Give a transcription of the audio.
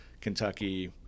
Kentucky